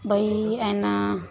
ॿई अइन